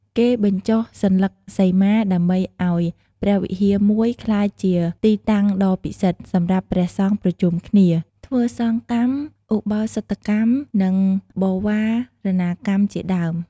គេបញ្ចុះសន្លឹកសីមា ដើម្បីឱ្យព្រះវិហារមួយ ក្លាយជាទីតាំងដ៏ពិសិដ្ឋ សម្រាប់ព្រះសង្ឃប្រជុំគ្នា ធ្វើសង្ឃកម្មឧបោសថកម្ម និងបវារណាកម្មជាដើម។